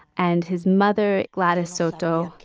and his mother, gladys soto,